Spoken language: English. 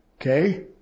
Okay